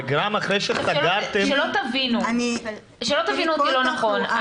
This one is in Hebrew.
וגם אחרי שסגרתם --- שלא תבינו אותי לא נכון,